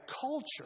culture